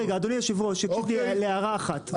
אדוני יושב הראש אני רוצה הערה אחת רק רגע.